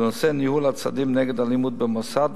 לנושא ניהול הצעדים כנגד אלימות במוסד,